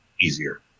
easier